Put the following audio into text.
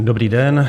Dobrý den.